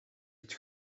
het